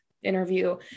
interview